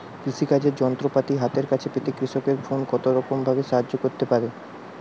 কৃষিকাজের যন্ত্রপাতি হাতের কাছে পেতে কৃষকের ফোন কত রকম ভাবে সাহায্য করতে পারে?